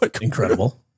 incredible